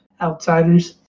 Outsiders